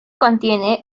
contiene